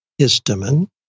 histamine